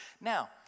Now